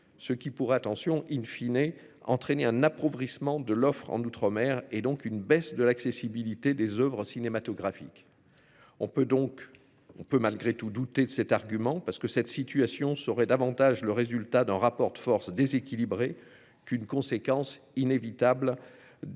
ce qui pourrait attention in fine et entraîné un approuveraient Isman de l'offre en outre-mer et donc une baisse de l'accessibilité des Oeuvres cinématographiques. On peut donc on peut malgré tout douter de cet argument parce que cette situation serait davantage le résultat d'un rapport de force déséquilibré qu'une conséquence inévitable. Les